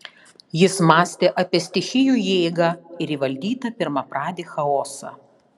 jis mąstė apie stichijų jėgą ir įvaldytą pirmapradį chaosą